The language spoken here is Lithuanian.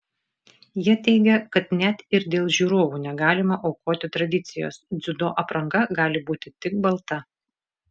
jie teigia kad net ir dėl žiūrovų negalima aukoti tradicijos dziudo apranga gali būti tik balta